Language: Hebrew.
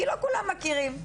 כי לא כולם מכירים.